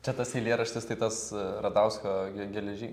čia tas eilėraštis tai tas radausko geleži